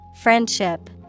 Friendship